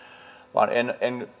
en